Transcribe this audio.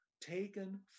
taken